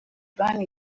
ban